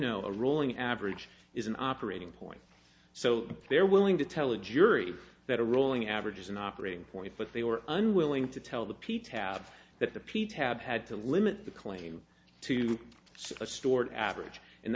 know a rolling average is an operating point so they're willing to tell a jury that a rolling average is an operating point but they were unwilling to tell the p tab that the p tab had to limit the claim to a stored average and